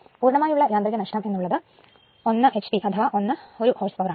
പൂര്ണമായുമുള്ള യാന്ത്രിക നഷ്ടം എന്ന് ഉള്ളത് 1 hp അഥവാ 1 ഹോഴ്സ് പവർ ആണ്